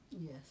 Yes